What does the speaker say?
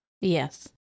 yes